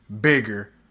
bigger